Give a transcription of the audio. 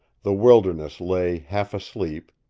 the wilderness lay half asleep,